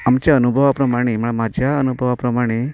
आमच्या अनुभवा प्रमाणे म्हज्या अनुभवा प्रमाणे